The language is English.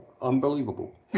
Unbelievable